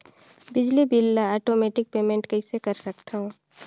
बिजली बिल ल automatic payment कइसे कर सकथव?